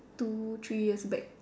two three years back